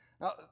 Now